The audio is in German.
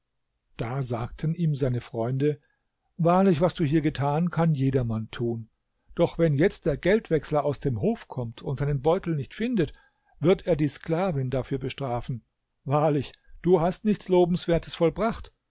da sagten ihm seine freunde wahrlich was du hier getan kann jedermann tun doch wenn jetzt der geldwechsler aus dem hof kommt und seinen beutel nicht findet wird er die sklavin dafür bestrafen wahrlich du hast nichts lobenswertes vollbracht